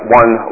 one